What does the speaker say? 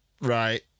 Right